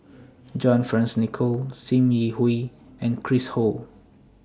John Fearns Nicoll SIM Yi Hui and Chris Ho